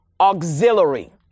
auxiliary